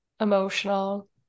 emotional